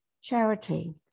Charity